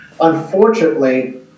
unfortunately